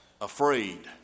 afraid